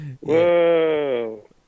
Whoa